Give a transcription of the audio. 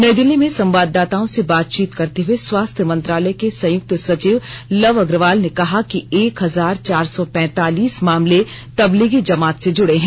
नई दिल्ली में संवाददाताओं से बातचीत करते हुए स्वास्थ्य मंत्रालय के संयुक्त सचिव लव अग्रवाल ने कहा कि एक हजार चार सौ पैंतालीस मामले तबलीगी जमात से जुड़े हैं